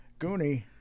Goonie